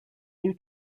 due